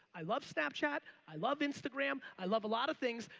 i love snapchat. i love instagram. i love a lot of things.